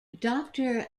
doctor